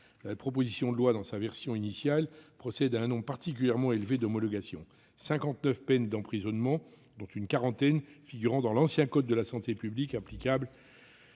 La proposition de loi, dans sa version initiale, procède à un nombre particulièrement élevé d'homologations, concernant 59 peines d'emprisonnement, dont une quarantaine figurant dans l'ancien code de la santé publique applicable